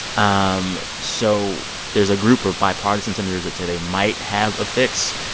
um so there's a group of bipartisan senators that say they might have a fix,